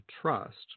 trust